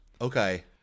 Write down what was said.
Okay